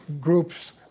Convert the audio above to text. groups